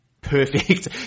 perfect